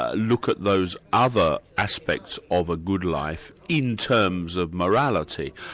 ah look at those other aspects of a good life in terms of morality.